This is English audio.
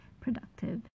productive